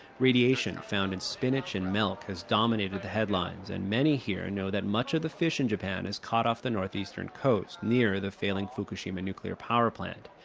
radiation found in spinach and milk has dominated the headlines, and many here know that much of the fish in japan is caught off the northeastern coast, near to the failing fukushima nuclear power plant.